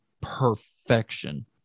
perfection